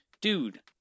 dude